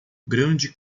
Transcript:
grande